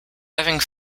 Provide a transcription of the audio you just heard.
having